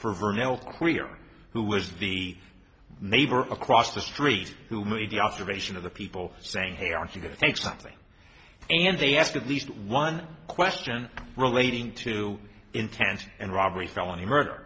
krieger who was the neighbor across the street who made the observation of the people saying hey i want you to take something and they have to least one question relating to intent and robbery felony murder